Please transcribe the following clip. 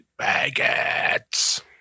baguettes